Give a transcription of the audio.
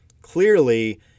clearly